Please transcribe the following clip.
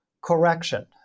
correction